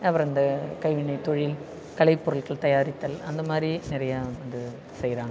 அப்புறம் இந்த கைவினைத்தொழில் கலைப்பொருட்கள் தயாரித்தல் அந்த மாதிரி நிறையா வந்து செய்கிறாங்க